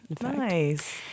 nice